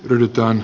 grytan